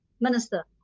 Minister